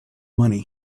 money